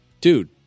Dude